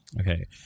okay